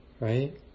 right